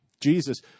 Jesus